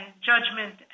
judgment